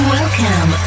Welcome